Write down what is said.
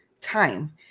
time